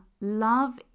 love